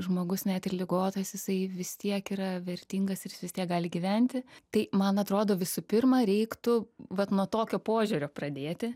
žmogus net ir ligotas jisai vis tiek yra vertingas ir jis vis tiek gali gyventi tai man atrodo visų pirma reiktų vat nuo tokio požiūrio pradėti